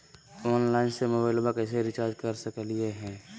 Online मोबाइलबा कैसे recharge कर सकलिए है?